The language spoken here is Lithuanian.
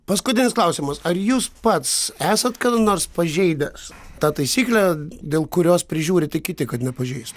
paskutinis klausimas ar jūs pats esat kada nors pažeidęs tą taisyklę dėl kurios prižiūrite kiti kad nepažeistų